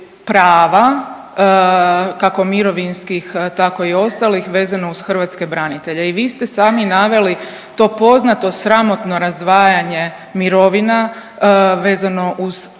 prava kako mirovinskih tako i ostalih vezano uz hrvatske branitelje. I vi ste sami naveli to poznato sramotno razdvajanje mirovina vezano uz odnosno na štetu